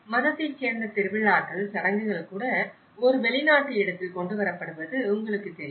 மதத்தைச் சேர்ந்த திருவிழாக்கள் சடங்குகள் கூட ஒரு வெளிநாட்டு இடத்தில் கொண்டுவரப்படுவது உங்களுக்குத் தெரியும்